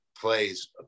plays